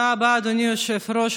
תודה רבה, אדוני היושב-ראש.